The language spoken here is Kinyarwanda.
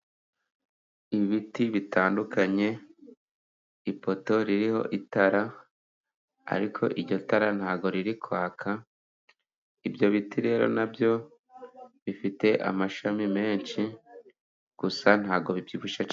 Ibiti bitandukanye, ipoto ririho itara, ariko iryo tara ntabwo riri kwaka, ibyo biti rero na byo bifite amashami menshi, gusa ntabwo bibyibushye cyane.